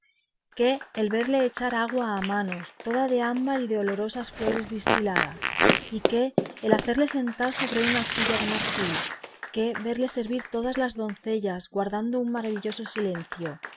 qué el verle echar agua a manos toda de ámbar y de olorosas flores distilada qué el hacerle sentar sobre una silla de marfil qué verle servir todas las doncellas guardando un maravilloso silencio